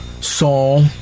Saul